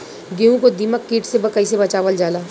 गेहूँ को दिमक किट से कइसे बचावल जाला?